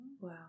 Wow